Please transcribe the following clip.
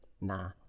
nah